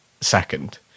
second